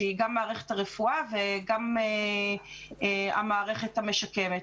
שהיא גם מערכת הרפואה וגם המערכת המשקמת.